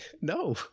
no